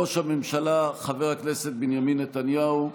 ראש הממשלה חבר הכנסת בנימין נתניהו.